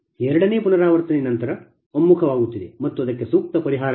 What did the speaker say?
ಎರಡನೇ ಪುನರಾವರ್ತನೆಯ ನಂತರ ಒಮ್ಮುಖವಾಗುತ್ತಿದೆ ಮತ್ತು ಆದಕ್ಕೆ ಸೂಕ್ತ ಪರಿಹಾರವೆಂದರೆ Pg1258